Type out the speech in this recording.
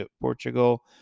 Portugal